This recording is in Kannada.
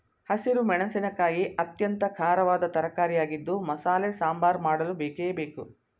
ಹಸಿರು ಮೆಣಸಿನಕಾಯಿ ಅತ್ಯಂತ ಖಾರವಾದ ತರಕಾರಿಯಾಗಿದ್ದು ಮಸಾಲೆ ಸಾಂಬಾರ್ ಮಾಡಲು ಬೇಕೇ ಬೇಕು